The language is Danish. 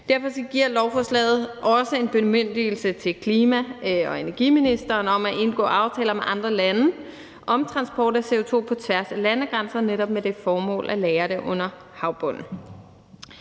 Derfor giver lovforslaget også en bemyndigelse til klima- og energiministeren om at indgå aftaler med andre lande om transport af CO2 på tværs af landegrænser netop med det formål at lagre det under havbunden.